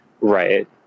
right